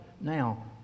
now